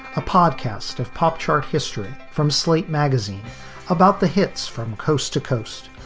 a podcast of pop chart history from slate magazine about the hits from coast to coast.